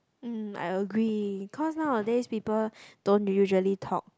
um I agree cause nowadays people don't usually talk